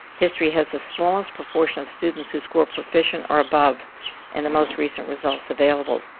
history has the smallest proportion of students who score proficient or above in the most recent results available.